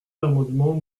l’amendement